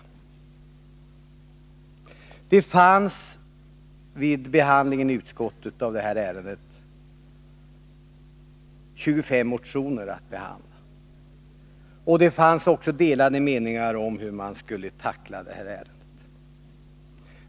Utskottet hade vid behandlingen av detta ärende 25 motioner att ta ställning till.